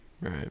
right